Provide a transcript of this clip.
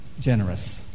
generous